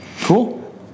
Cool